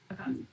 Okay